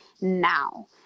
now